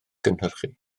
cynhyrchu